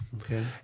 Okay